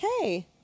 hey